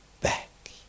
back